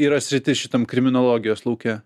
yra sritis šitam kriminologijos lauke